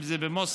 אם זה במוסקבה,